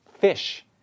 fish